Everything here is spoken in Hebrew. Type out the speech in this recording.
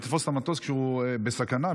נתפוס את המטוס כשהוא בסכנה,